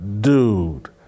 dude